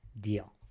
deal